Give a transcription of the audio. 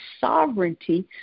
sovereignty